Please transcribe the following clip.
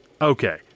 Okay